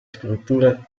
scrittura